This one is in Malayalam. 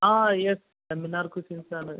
ആ യെസ് എമിനാർ കുസിൻസ് ആണ്